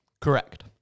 Correct